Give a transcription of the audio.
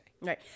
Right